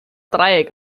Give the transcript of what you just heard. dreieck